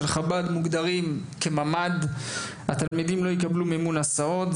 חב"ד מוגדרים כממ"ד התלמידים לא יקבלו מימון הסעות.